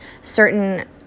certain